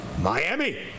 Miami